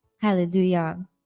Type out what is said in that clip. Hallelujah